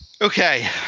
okay